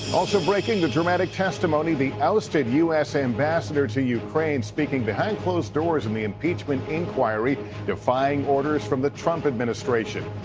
breaking the dramatic testimony, the ousted u s. ambassador to ukraine speaking behind closed doors in the impeachment inquiry defying orders from the trump administration.